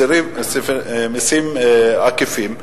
מסים עקיפים.